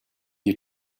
you